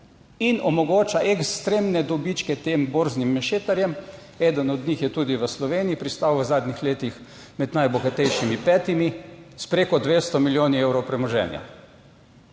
in omogoča ekstremne dobičke tem borznim mešetarjem. Eden od njih je tudi v Sloveniji pristal v zadnjih letih med najbogatejšimi petimi s preko 200 milijoni evrov premoženja.